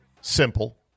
simple